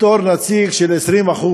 בתור נציג של 20%